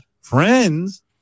Friends